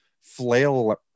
flail